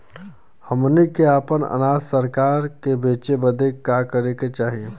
हमनी के आपन अनाज सरकार के बेचे बदे का करे के चाही?